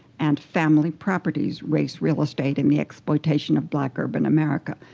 and family properties race, real estate, and the exploitation of black urban america,